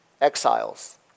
Exiles